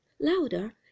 louder